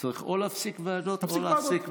צריך או להפסיק ועדות או להפסיק מליאה.